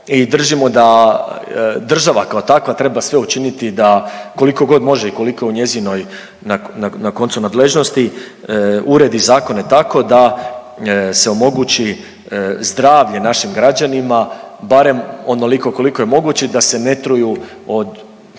držimo da država kao takva treba sve učiniti da koliko god može i koliko je u njezinoj na koncu nadležnosti, uredi zakone tako da se omogući zdravlje našim građanima, barem onoliko koliko je moguće da se ne truju od